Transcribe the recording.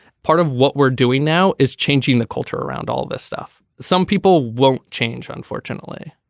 part of what we're doing now is changing the culture around all this stuff. some people won't change unfortunately.